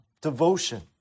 devotion